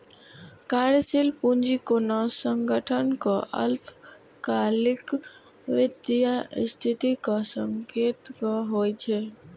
कार्यशील पूंजी कोनो संगठनक अल्पकालिक वित्तीय स्थितिक संकेतक होइ छै